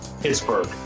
Pittsburgh